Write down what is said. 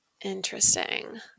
Interesting